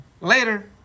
Later